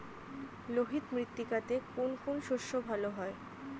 লোহিত মৃত্তিকাতে কোন কোন শস্য ভালো হয়?